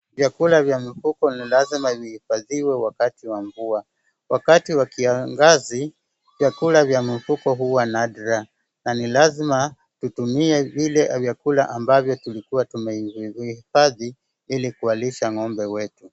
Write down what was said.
Vyakula vya mifugo ni lazima ziifadhiwe wakati wa mvua. Wakati wa kiangazi, vyakula vya mifugo huwa nadra na ni lazima tutumie vile vyakula ambavyo tulikuwa tumehifadhi ili kuwalisha ng'ombe wetu.